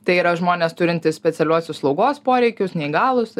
tai yra žmonės turintys specialiuosius slaugos poreikius neįgalūs